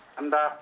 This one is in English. and